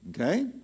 Okay